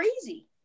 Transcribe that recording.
crazy